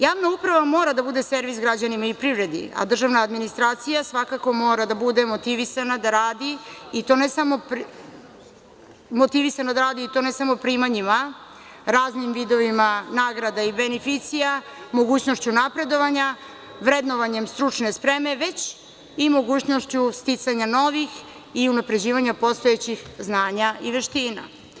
Javna uprava mora da bude servis građanima i privredi, a državna administraciji, svakako mora da bude motivisana da radi i to ne samo primanjima, raznim vidovima nagrada i beneficija, mogućnošću napredovanja, vrednovanja stručne spreme, već i mogućnošću sticanja novih i unapređivanja postojećih znanja i veština.